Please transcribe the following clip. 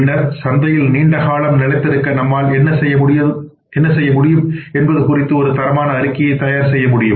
பின்னர் சந்தையில் நீண்ட காலம் நிலைத்திருக்க நம்மால் என்ன செய்ய முடியும் என்பது குறித்து ஒரு தரமான அறிக்கையைத் தயாரிக்க முடியும்